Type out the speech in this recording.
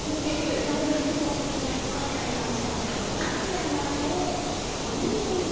यो फेरि ड्राइभरले पनि बताउँदैन कति टाइम लाग्छ भनेर कति टाइम लाग्छ हो भन्नु नि